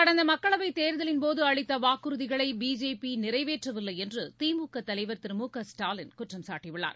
கடந்த மக்களவைத் தேர்தலின்போது அளித்த வாக்குறுதிகளை பிஜேபி நிறைவேற்றவில்லை என்று திமுக தலைவர் திரு மு க ஸ்டாலின் குற்றம்சாட்டியுள்ளார்